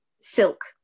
silk